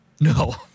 no